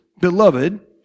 Beloved